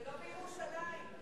ולא בירושלים.